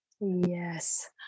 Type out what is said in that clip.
yes